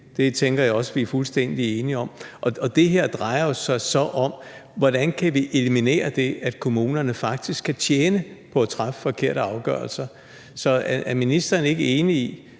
Det tænker jeg også vi er fuldstændig enige om, og det her drejer sig jo så om: Hvordan kan vi eliminere det, at kommunerne faktisk kan tjene på at træffe forkerte afgørelser? Ministeren er så,